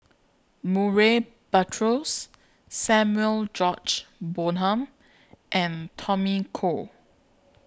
Murray Buttrose Samuel George Bonham and Tommy Koh